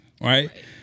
Right